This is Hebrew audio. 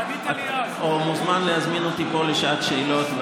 או אתה מוזמן להזמין אותי פה לשעת שאלות,